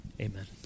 Amen